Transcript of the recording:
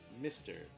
Mr